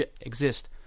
exist